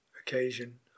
occasion